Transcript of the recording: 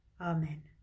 Amen